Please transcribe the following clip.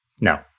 No